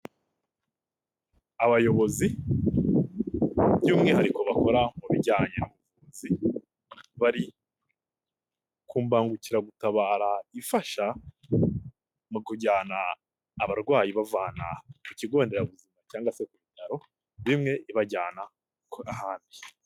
Abayobozi by'umwihariko bakora mu bijyanye n'ubuvuzi, bari ku mbangukiragutabara ifasha mu kujyana abarwayi bavana ku kigo nderabuzima cyangwa se ku bitaro bimwe, ibajyana gukora ahandi.